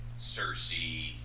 Cersei